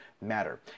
matter